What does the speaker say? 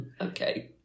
Okay